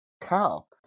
cow